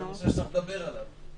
זה נושא שצריך לדבר עליו.